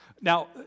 Now